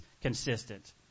consistent